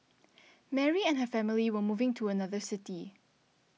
Mary and her family were moving to another city